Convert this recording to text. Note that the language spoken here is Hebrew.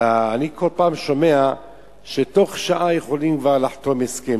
ואני כל פעם שומע שבתוך שעה יכולים לחתום הסכם.